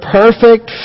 perfect